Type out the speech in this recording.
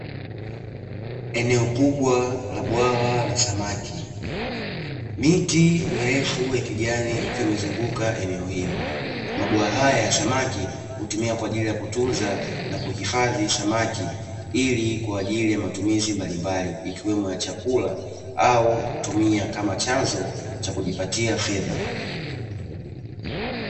Eneo kubwa la bwawa la samaki, miti mirefu ya kijani ikiwa imezunguka eneo hilo mabwawa hayo ya samaki hutumika kwa ajili ya kutunza na kuhifadhi samaki, ili kwa ajili ya matumizi mbalimbali ikiwemo ya chakula au kutumia kama chanzo cha kujipatia fedha.